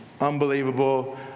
unbelievable